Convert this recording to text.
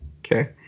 Okay